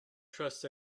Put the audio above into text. trust